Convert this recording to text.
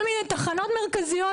בכל מיני תחנות מרכזיות,